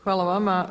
Hvala vama.